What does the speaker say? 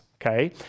okay